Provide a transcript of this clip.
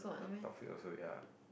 Taufik also ya